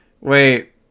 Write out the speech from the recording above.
Wait